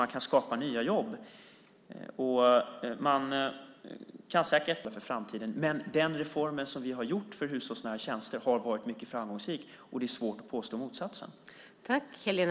Man kan säkert diskutera flera olika reformer som kan vara aktuella för framtiden, men den reform vi har gjort för hushållsnära tjänster har varit mycket framgångsrik. Det är svårt att påstå motsatsen.